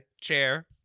chair